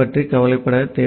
பற்றி கவலைப்பட தேவையில்லை